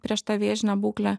prieš tą vėžinę būklę